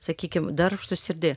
sakykim darbštūs ir di